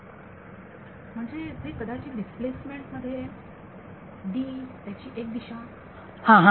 विद्यार्थी म्हणजे जे कदाचित डिस्प्लेसमेंट मध्ये D त्याची एक दिशा